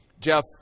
Jeff